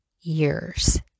years